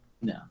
No